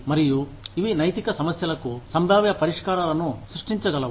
మరియు ఇవి నైతిక సమస్యలకు సంభావ్య పరిష్కారాలను సృష్టించగలవు